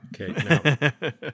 Okay